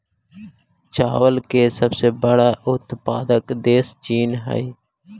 चावल के सबसे बड़ा उत्पादक देश चीन हइ